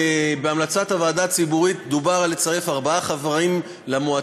בהמלצת הוועדה הציבורית דובר על צירוף ארבעה חברים למועצה,